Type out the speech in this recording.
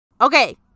Okay